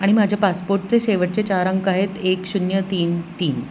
आणि माझ्या पासपोर्टचे शेवटचे चार अंक आहेत एक शून्य तीन तीन